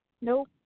Nope